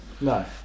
No